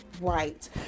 right